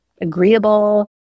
agreeable